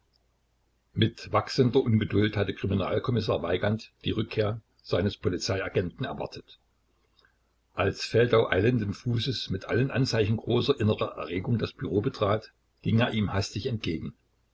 mit wachsender ungeduld hatte kriminalkommissar weigand die rückkehr seines polizeiagenten erwartet als feldau eilenden fußes mit allen anzeichen großer innerer erregung das büro betrat ging er ihm hastig entgegen